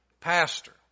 pastor